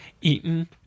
eaten